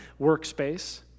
workspace